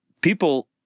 People